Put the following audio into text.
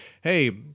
hey